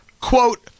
quote